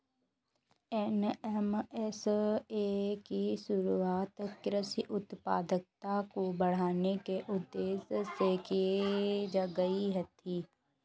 NMSA की शुरुआत कृषि उत्पादकता को बढ़ाने के उदेश्य से की गई थी